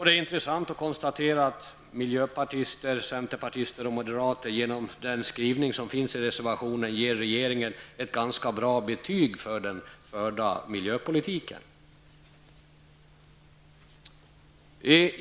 Det är intressant att konstatera att miljöpartister, centerpartister och moderater genom reservationens skrivning ger regeringen ett ganska bra betyg för den förda miljöpolitiken.